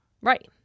Right